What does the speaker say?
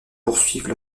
poursuivent